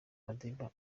madiba